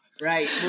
Right